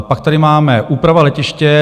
Pak tady máme: úprava letiště.